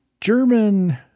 German